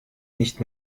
nicht